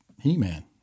He-Man